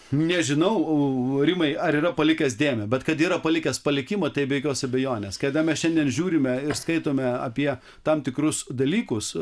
nežinau rimai ar yra palikęs dėmę bet kad yra palikęs palikimą tai be jokios abejonės kada mes šiandien žiūrime ir skaitome apie tam tikrus dalykus